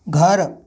घर